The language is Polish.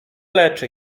leczy